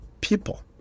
people